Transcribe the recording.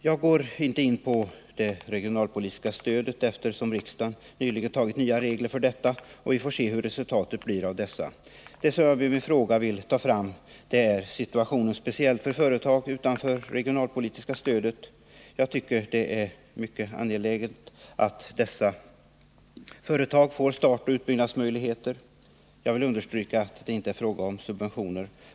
Jag går inte in på det regionalpolitiska stödet, eftersom riksdagen nyligen fattat beslut om nya regler för detta, och vi får se hur resultatet av dem blir. Det jag med min fråga ville ta upp var situationen speciellt för företag belägna utanför det regionalpolitiska stödområdet. Jag tycker det är mycket angeläget att dessa företag får startoch utbyggnadsmöjligheter. Jag vill understryka att det inte är fråga om subventioner.